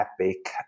epic